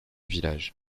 village